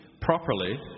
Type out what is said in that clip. properly